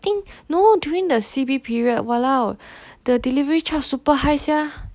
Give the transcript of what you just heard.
think no during the C_B period !walao! the delivery charge super high sia